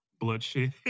bloodshed